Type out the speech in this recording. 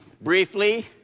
briefly